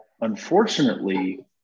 unfortunately